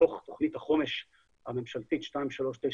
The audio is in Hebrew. תוכנית החומש הממשלתית, 2397,